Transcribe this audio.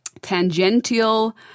tangential